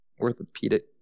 orthopedic